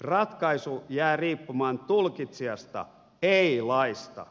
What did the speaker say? ratkaisu jää riippumaan tulkitsijasta ei laista